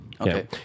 Okay